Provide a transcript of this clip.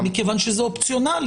לא, מכיוון שזה אופציונלי.